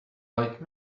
like